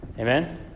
Amen